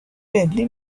faintly